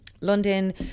London